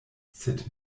sed